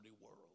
world